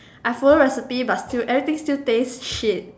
I follow recipe but still everything still taste shit